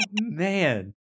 man